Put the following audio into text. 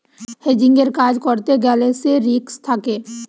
হেজিংয়ের কাজ করতে গ্যালে সে রিস্ক থাকে